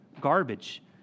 garbage